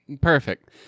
Perfect